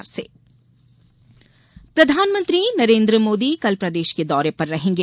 मोदी दौरा प्रधानमंत्री नरेंद्र मोदी कल प्रदेश के दौरे पर रहेंगे